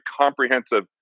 comprehensive